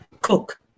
cook